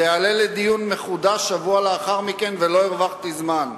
זה יעלה לדיון מחודש שבוע לאחר מכן ולא הרווחתי זמן.